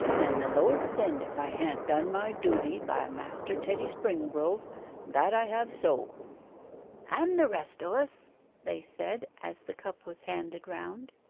and the lord send if i ha'n't done my duty by master teddy springrove that i have so and the rest o us they said, as the cup was handed round.